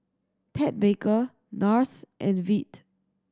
Ted Baker Nars and Veet